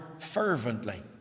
fervently